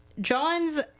John's